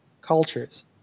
cultures